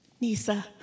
Nisa